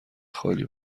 خالی